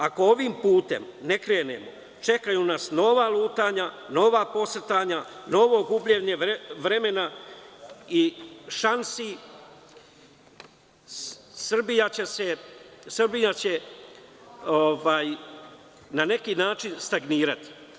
Ako ovim putem ne krenemo, čekaju nas nova lutanja, nova posrtanja, novo gubljenje vremena i Srbija će na neki način stagnirati.